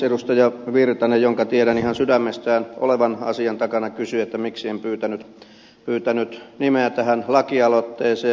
edustaja virtanen jonka tiedän ihan sydämestään olevan asian takana kysyi miksi en pyytänyt nimeä tähän lakialoitteeseen